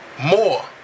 more